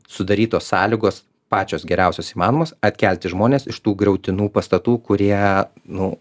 sudarytos sąlygos pačios geriausios įmanomos atkelti žmonės iš tų griautinų pastatų kurie nu